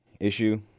issue